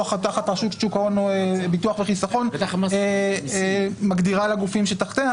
או תחת רשות שוק ההון ביטחון וחיסכון שמגדירה לגופים שתחתיה?